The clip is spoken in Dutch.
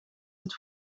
het